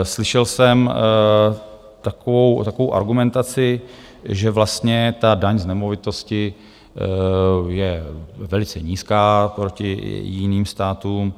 Slyšel jsem takovou argumentaci, že vlastně ta daň z nemovitosti je velice nízká proti jiným státům.